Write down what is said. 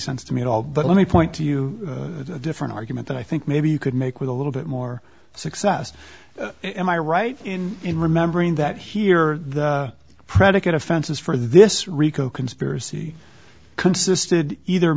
sense to me at all but let me point to you a different argument that i think maybe you could make with a little bit more success am i right in remembering that here are the predicate offenses for this rico conspiracy consisted either